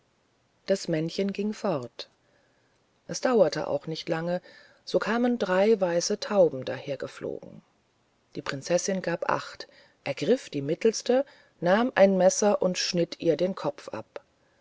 das männchen ging fort es dauerte auch nicht lang so kamen drei weiße tauben daher geflogen die prinzessin gab acht ergriff die mittelste nahm ein messer und schnitt ihr den kopf ab